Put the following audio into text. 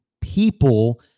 people